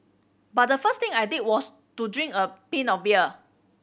but the first thing I did was to drink a pint of beer